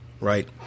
Right